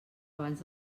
abans